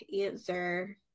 answer